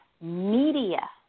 media